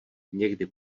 někdy